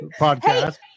podcast